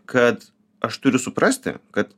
kad aš turiu suprasti kad